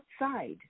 outside